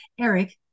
Eric